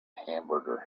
hamburger